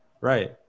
right